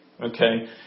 Okay